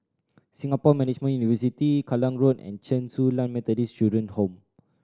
Singapore Management University Kallang Road and Chen Su Lan Methodist Children's Home